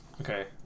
Okay